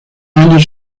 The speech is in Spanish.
años